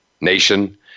Nation